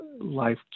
life